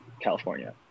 california